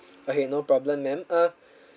okay no problem ma'am uh